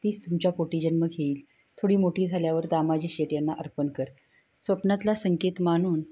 तीच तुमच्या पोटी जन्म घेईल थोडी मोठी झाल्यावर दामाजी शेट यांना अर्पण कर स्वप्नातला संकेत मानून